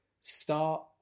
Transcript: start